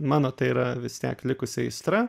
mano tai yra vis tiek likusi aistra